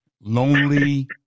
lonely